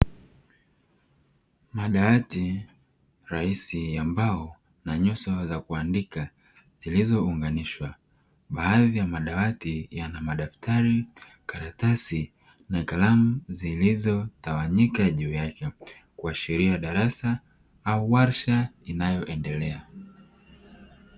Madawati rahisi ya mbao na nyuso za kuandika zilizounganishwa, baadhi ya madawati yana madaftari, karatasi na kalamu zilizo tawanyika juu yake kuashiria darasa au warsha inayoendelea.